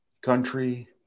country